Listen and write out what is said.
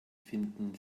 finden